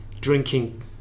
drinking